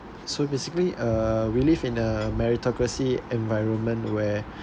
so basically uh we live in a meritocracy environment where